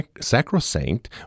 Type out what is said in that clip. sacrosanct